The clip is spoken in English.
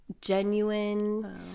genuine